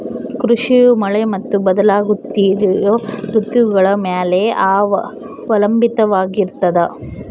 ಕೃಷಿಯು ಮಳೆ ಮತ್ತು ಬದಲಾಗುತ್ತಿರೋ ಋತುಗಳ ಮ್ಯಾಲೆ ಅವಲಂಬಿತವಾಗಿರ್ತದ